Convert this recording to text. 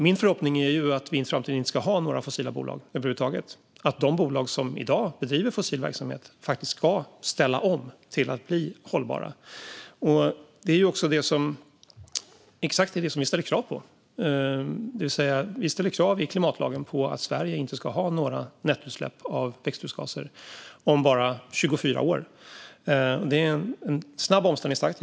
Min förhoppning är att vi i framtiden inte ska ha några fossila bolag över huvud taget och att de bolag som i dag bedriver fossil verksamhet faktiskt ska ställa om till att bli hållbara. Det är också exakt detta som vi ställer krav på. Vi ställer i klimatlagen krav på att Sverige inte ska ha några nettoutsläpp av växthusgaser om bara 24 år. Det är en snabb omställningstakt.